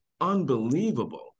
unbelievable